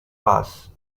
pass